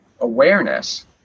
awareness